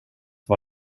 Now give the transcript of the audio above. var